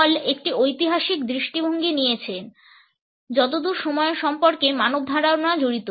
হল একটি ঐতিহাসিক দৃষ্টিভঙ্গি নিয়েছে যতদূর সময়ের সম্পর্কে মানব ধারণা জড়িত